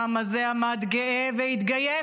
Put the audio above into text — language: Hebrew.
העם הזה עמד גאה, והתגייס,